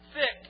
thick